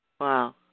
Wow